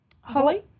Holly